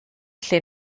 lle